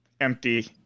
empty